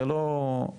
זה לא מקובל.